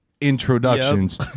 introductions